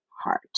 heart